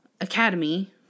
Academy